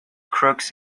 crooks